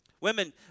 Women